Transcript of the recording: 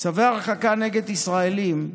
צווי הרחקה נגד ישראלים,